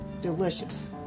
delicious